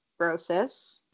Brosis